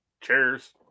Cheers